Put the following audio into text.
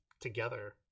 together